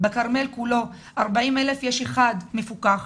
בכרמל כולו יש מעון אחד מפוקח.